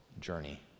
journey